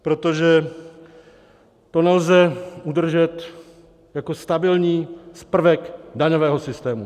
Protože to nelze udržet jako stabilní prvek daňového systému.